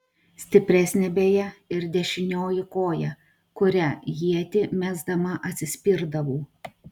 stipresnė beje ir dešinioji koja kuria ietį mesdama atsispirdavau